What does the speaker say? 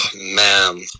Man